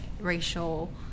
racial